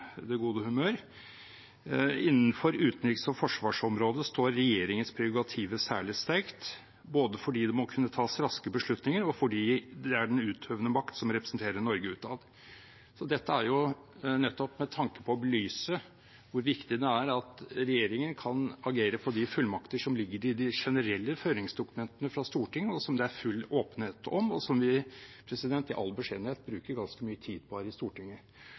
det gode humør – at «innenfor utenriks- og forsvarsområdet står regjeringens prerogativer særlig sterkt, både fordi det må kunne tas raske beslutninger, og fordi det er den utøvende makt som representerer Norge utad». Dette er nettopp med tanke på å belyse hvor viktig det er at regjeringen kan agere på de fullmakter som ligger i de generelle føringsdokumentene fra Stortinget, som det er full åpenhet om, og som vi – i all beskjedenhet – bruker ganske mye tid på her i Stortinget.